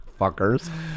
Fuckers